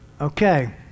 Okay